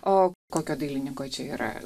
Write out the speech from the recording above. o kokio dailininko čia yra